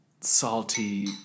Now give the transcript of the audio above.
salty